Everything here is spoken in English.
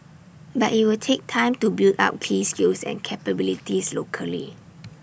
but IT will take time to build up key skills and capabilities locally